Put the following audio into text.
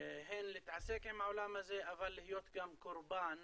הן להתעסק עם העולם הזה, אבל להיות גם קורבן